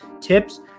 tips